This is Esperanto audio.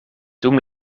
dum